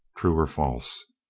true or false.